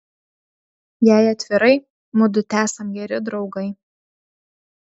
jei atvirai mudu tesam geri draugai